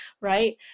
right